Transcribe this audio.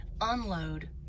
Unload